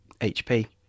HP